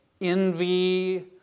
envy